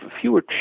Fewer